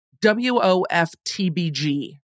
W-O-F-T-B-G